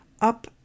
up